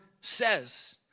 says